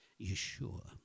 Yeshua